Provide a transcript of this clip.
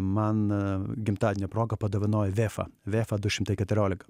man gimtadienio proga padovanojo vefą vefą du šimtai keturiolika